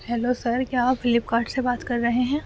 hello sir کیا آپ فلپکارٹ سے بات کر رہے ہیں